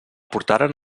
portaren